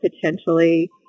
potentially